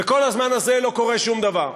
וכל הזמן הזה לא קורה שום דבר.